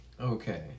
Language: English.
Okay